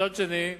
מצד שני,